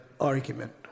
argument